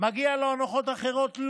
מגיעות לו הנחות אחרות,